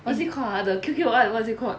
what was it called ah the Q Q or what